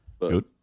Good